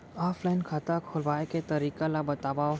Offline खाता खोलवाय के तरीका ल बतावव?